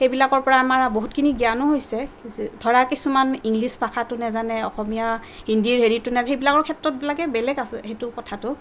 সেইবিলাকৰ পৰা আমাৰ বহুতখিনি জ্ঞানো হৈছে ধৰা কিছুমান ইংলিছ ভাষাটো নেজানে অসমীয়া হিন্দীৰ হেৰিটো সেইবিলাকৰ ক্ষেত্ৰত লাগে বেলেগ আছে সেইটো কথাটো